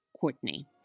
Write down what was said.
Courtney